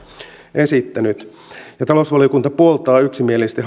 esittänyt ja talousvaliokunta puoltaa yksimielisesti